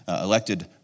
elected